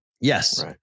yes